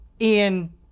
Ian